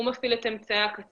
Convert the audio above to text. הוא מפעיל את אמצעי הקצה.